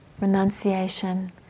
renunciation